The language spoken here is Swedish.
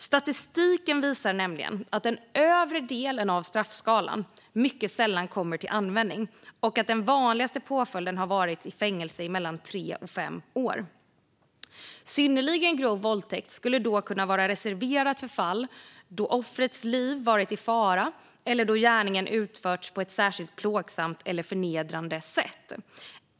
Statistiken visar nämligen att den övre delen av straffskalan mycket sällan kommer till användning och att den vanligaste påföljden har varit fängelse i mellan tre och fem år. Synnerligen grov våldtäkt skulle kunna vara reserverat för fall då offrets liv varit i fara eller då gärningen utförts på ett särskilt plågsamt eller förnedrande sätt.